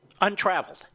untraveled